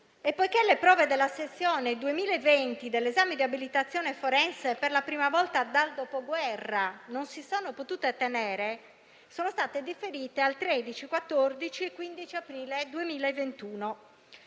e poiché le prove della sessione 2020 dell'esame di abilitazione forense, per la prima volta dal dopoguerra, non si sono potute tenere, esse sono state rimandate al 13, 14 e 15 aprile 2021.